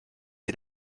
die